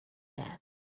that